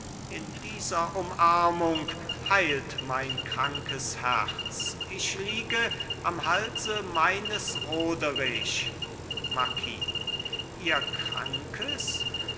in dieser umarmung heilt mein krankes herz ich liege am halse meines roderich marquis ihr krankes